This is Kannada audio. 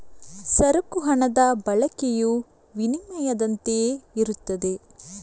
ಸರಕು ಹಣದ ಬಳಕೆಯು ವಿನಿಮಯದಂತೆಯೇ ಇರುತ್ತದೆ